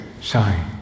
shine